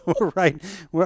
right